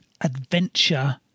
adventure